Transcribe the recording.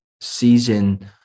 season